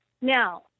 Now